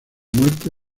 muerte